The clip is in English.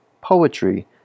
poetry